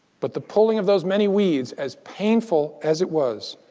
but the pulling of those many weeds, as painful as it was,